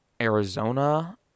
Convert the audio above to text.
Arizona